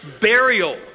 burial